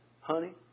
honey